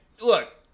look